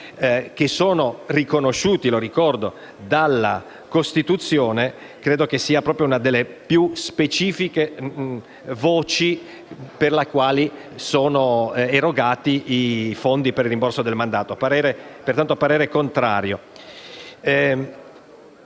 che sono riconosciuti - lo ricordo - dalla Costituzione, sia una delle voci più specifiche per le quali sono erogati i fondi per il rimborso del mandato. Pertanto, il parere è contrario.